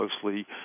closely